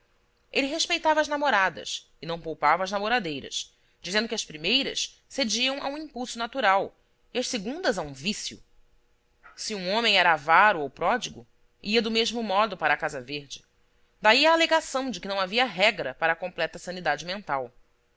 ele respeitava as namoradas e não poupava as namoradeiras dizendo que as primeiras cediam a um impulso natural e as segundas a um vício se um homem era avaro ou pródigo ia do mesmo modo para a casa verde daí a alegação de que não havia regra para a completa sanidade mental